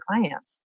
clients